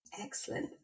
Excellent